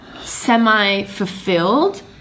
semi-fulfilled